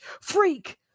freak